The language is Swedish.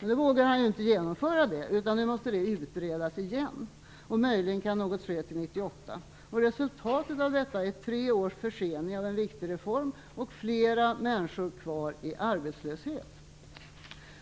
Men nu vågar han inte ta konsekvensen av det, utan nu måste det utredas igen. Möjligen kan något ske till år 1998. Resultatet av detta är tre års försening av en viktig reform och flera människor kvar i arbetslöshet.